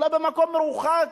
אולי במקום מרוחק,